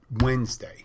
Wednesday